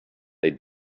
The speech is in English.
they